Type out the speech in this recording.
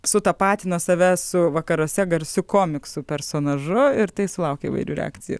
su tapatino save su vakaruose garsiu komiksų personažu ir tai sulaukia įvairių reakcijų